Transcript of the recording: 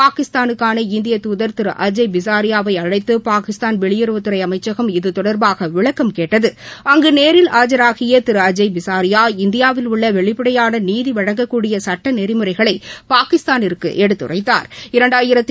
பாகிஸ்தானுக்கான இந்தியத் துதர் திரு அஜய் பிசாரியாவை அழைத்து பாகிஸ்தான் வெளியுறவுத்துறை அமைச்சகம் இது தொடர்பாக விளக்கம் கேட்டது அங்கு நேரில் இந்தியாவில் உள்ள வெளிப்படையான நீதி வழங்கக்கூடிய சுட்ட நெறிமுறைகளை பாகிஸ்தானிற்கு எடுத்துரைத்தாா்